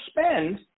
spend